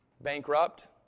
bankrupt